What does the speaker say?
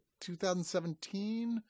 2017